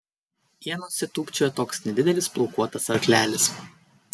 ienose tūpčiojo toks nedidelis plaukuotas arklelis